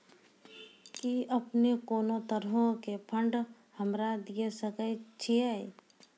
कि अपने कोनो तरहो के फंड हमरा दिये सकै छिये?